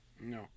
No